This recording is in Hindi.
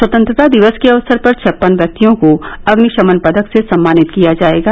स्वतंत्रता दिवस के अवसर पर छप्पन व्यक्तियों को अग्निशमन पदक से सम्मानित किया जाएगा